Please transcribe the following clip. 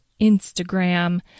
Instagram